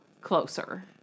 Closer